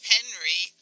Henry